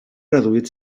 reduït